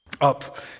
up